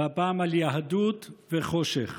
והפעם על יהדות וחושך.